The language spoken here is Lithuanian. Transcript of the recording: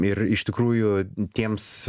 ir iš tikrųjų tiems